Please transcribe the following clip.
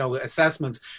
assessments